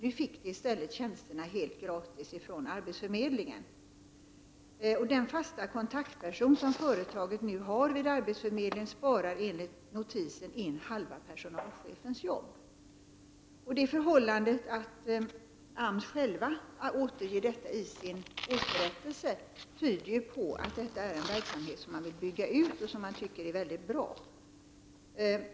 I stället fick företaget tjänsterna helt gratis från arbetsförmedlingen. Den fasta kontaktperson som företaget nu har vid arbetsförmedlingen sparar enligt notisen in halva personalchefens jobb. Det förhållandet att AMS återger detta i sin årsberättelse tyder på att det här är en verksamhet som man vill bygga ut och som man tycker är väldigt bra.